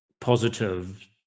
positive